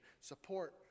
support